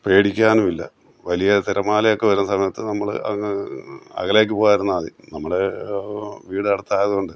പേടിക്കാനും ഇല്ല വലിയ തിരമാലയൊക്കെ വരുന്ന സമയത്ത് നമ്മൾ അങ്ങ് അകലേക്ക് പോവാതിരുന്നാൽ മതി നമ്മളെ വീട് അടുത്ത് ആയതുകൊണ്ട്